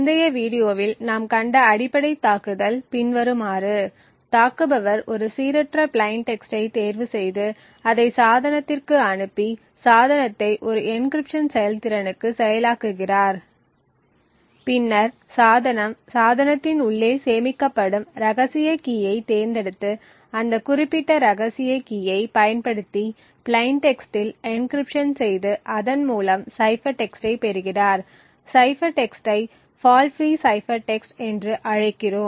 முந்தைய வீடியோவில் நாம் கண்ட அடிப்படை தாக்குதல் பின்வருமாறு தாக்குபவர் ஒரு சீரற்ற பிளைன் டெக்ஸ்டை தேர்வுசெய்து அதை சாதனத்திற்கு அனுப்பி சாதனத்தை ஒரு என்க்ரிப்ஷன் செயல்திறனுக்கு செயலாக்குகிறார் பின்னர் சாதனம் சாதனத்தின் உள்ளே சேமிக்கப்படும் ரகசிய கீயை தேர்ந்தெடுத்து அந்த குறிப்பிட்ட ரகசிய கீயை பயன்படுத்தி பிளைன் டெக்ஸ்ட் இல் என்க்ரிப்ஷன் செய்து அதன் மூலம் சைபர் டெக்ஸ்டை பெறுகிறார் சைபர் டெக்ஸ்டை ஃபால்ட் ஃபிரீ சைபர் டெக்ஸ்ட் என்று அழைக்கிறோம்